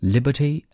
Liberty